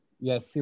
Yes